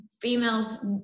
females